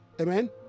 amen